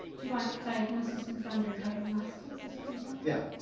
do you want diagnosis moved under diagnostics is what you're saying? yeah.